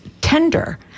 tender